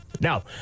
Now